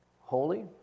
holy